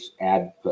add